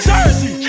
Jersey